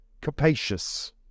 capacious